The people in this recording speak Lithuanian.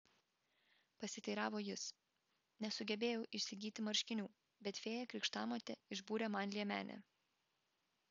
pasiteiravo jis nesugebėjau įsigyti marškinių bet fėja krikštamotė išbūrė man liemenę